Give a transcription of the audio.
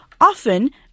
often